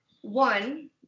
one